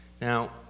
Now